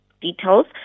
details